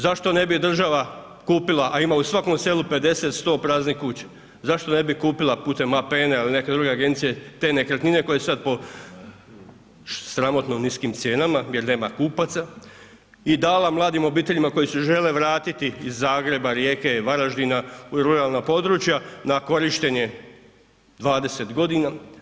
Zašto ne bi država kupila a ima u svakom selu 50, 100 praznih kuća, zašto ne bi kupila putem APN-a ili neke druge agencije te nekretnine koje su sad po sramotno niskim cijenama jer nema kupaca i dala mladim obiteljima koji se žele vratiti iz Zagreba, Rijeke, Varaždina u ruralna područja na korištenje 20 g.